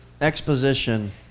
exposition